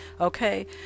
okay